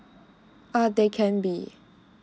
err they can be